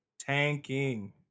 Tanking